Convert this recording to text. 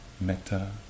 metta